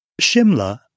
Shimla